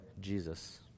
Jesus